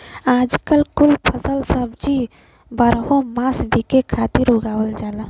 आजकल कुल फल सब्जी बारहो मास बिके खातिर उगावल जाला